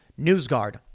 NewsGuard